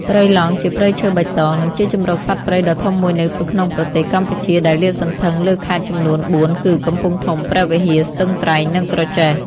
ព្រៃឡង់ជាព្រៃឈើបៃតង និងជាជម្រកសត្វព្រៃដ៏ធំមួយនៅក្នុងប្រទេសកម្ពុជា ដែលលាតសន្ធឹងលើខេត្តចំនួនបួនគឺ កំពង់ធំ ព្រះវិហារ ស្ទឹងត្រែង និងក្រចេះ។